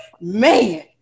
man